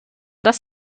das